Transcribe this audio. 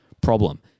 problem